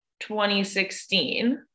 2016